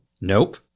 nope